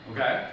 Okay